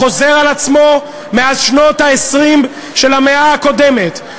החוזר על עצמו מאז שנות ה-20 של המאה הקודמת,